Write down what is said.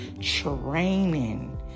training